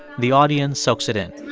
the audience soaks it in